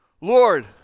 Lord